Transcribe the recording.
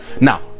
now